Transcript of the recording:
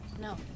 No